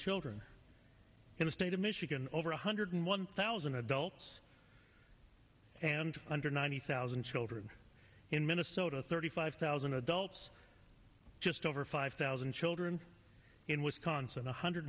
children in the state of michigan over one hundred one thousand adults and under ninety thousand children in minnesota thirty five thousand adults just over five thousand children in wisconsin one hundred